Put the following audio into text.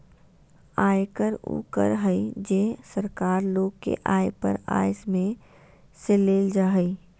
आयकर उ कर हइ जे सरकार लोग के आय पर आय में से लेल जा हइ